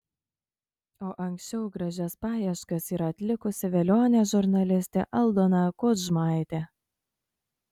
o anksčiau gražias paieškas yra atlikusi velionė žurnalistė aldona kudžmaitė